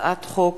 הצעת חוק